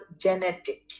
genetic